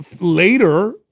later